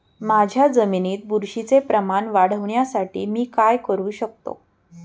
माझ्या जमिनीत बुरशीचे प्रमाण वाढवण्यासाठी मी काय करू शकतो?